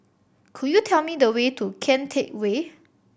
could you tell me the way to Kian Teck Way